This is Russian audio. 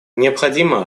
необходимо